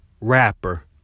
Rapper